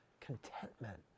contentment